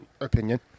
opinion